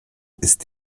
ist